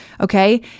Okay